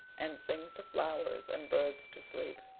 and sings the flowers and birds to sleep.